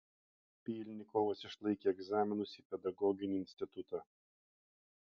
pylnikovas išlaikė egzaminus į pedagoginį institutą